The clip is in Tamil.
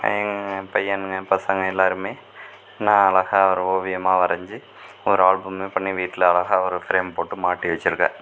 என் பையனுங்க பசங்க எல்லோருமே நான் அழகாக ஒரு ஓவியமாக வரைஞ்சி ஒரு ஆல்பமே பண்ணி வீட்டில் அழகாக ஒரு ஃப்ரேம் போட்டு மாட்டி வெச்சுருக்கேன்